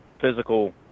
physical